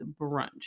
brunch